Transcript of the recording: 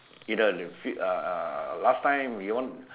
either ah ah last time you want